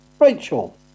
Rachel